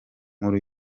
nkuru